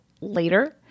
later